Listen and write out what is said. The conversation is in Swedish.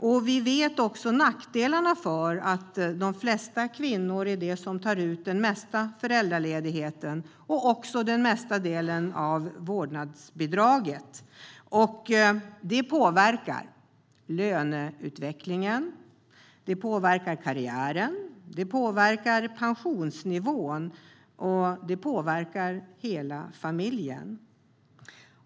Vi känner också till nackdelarna, för det är kvinnorna som tar ut den största delen av föräldraledigheten och den största delen av vårdnadsbidraget. Det påverkar löneutvecklingen, karriären, pensionsnivån och hela familjen.